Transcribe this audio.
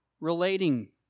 relating